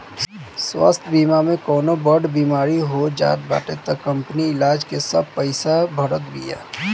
स्वास्थ्य बीमा में कवनो बड़ बेमारी हो जात बाटे तअ कंपनी इलाज के सब पईसा भारत बिया